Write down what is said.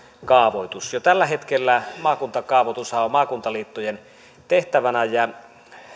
kaavoitus jo tällä hetkellä maakuntakaavoitushan on maakuntaliittojen tehtävänä ja